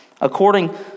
according